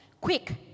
quick